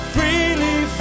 Freely